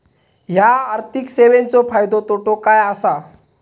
हया आर्थिक सेवेंचो फायदो तोटो काय आसा?